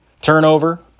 Turnover